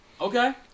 Okay